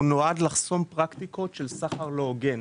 הוא נועד לחסום פרקטיקות של סחר לא הוגן.